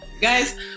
Guys